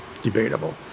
debatable